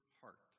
heart